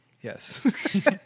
Yes